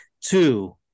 two